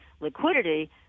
liquidity